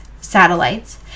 satellites